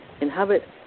inhabit